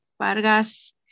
Vargas